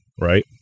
right